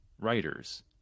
writers